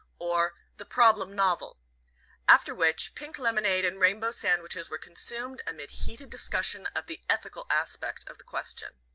or the problem-novel after which pink lemonade and rainbow sandwiches were consumed amid heated discussion of the ethical aspect of the question.